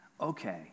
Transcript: Okay